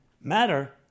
matter